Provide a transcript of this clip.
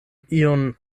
iun